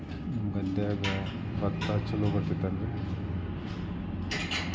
ನಿಮ್ಮ ಗದ್ಯಾಗ ಭತ್ತ ಛಲೋ ಬರ್ತೇತೇನ್ರಿ?